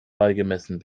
beigemessen